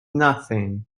nothing